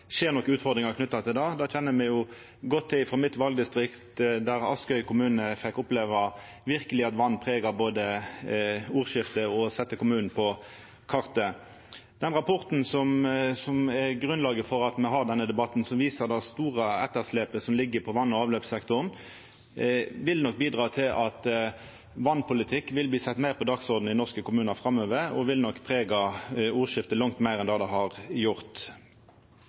skjer utfordringar knytt til det. Det kjenner me godt til frå mitt valdistrikt, der Askøy kommune verkeleg fekk oppleva at vatn både prega ordskiftet og sette kommunen på kartet. Rapporten som er grunnlaget for at me har denne debatten, og som viser det store etterslepet som ligg i vass- og avløpssektoren, vil nok bidra til at vasspolitikk blir sett meir på dagsordenen i norske kommunar framover og prega ordskiftet langt meir enn det det har gjort